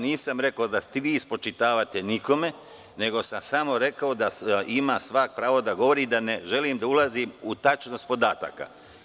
Nisam rekao da ste vi spočitavali nikome, nego sam rekao da svako ima pravo da govori i ne želim da ulazim uopšte u tačnost podataka.